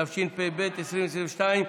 התשפ"ב 2022,